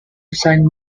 assigned